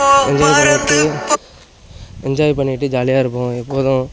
enjoy பண்ணிக்கிட்டு enjoy பண்ணிகிட்டு ஜாலியாக இருப்போம் எப்போதும்